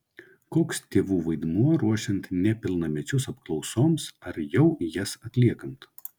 koks tėvų vaidmuo ruošiant nepilnamečius apklausoms ar jau jas atliekant